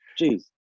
Jeez